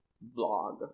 blog